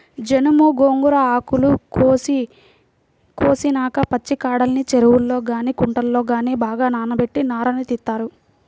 జనుము, గోంగూర ఆకులు కోసేసినాక పచ్చికాడల్ని చెరువుల్లో గానీ కుంటల్లో గానీ బాగా నానబెట్టి నారను తీత్తారు